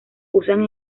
usan